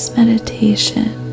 meditation